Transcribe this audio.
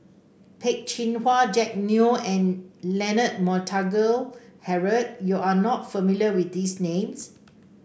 Peh Chin Hua Jack Neo and Leonard Montague Harrod you are not familiar with these names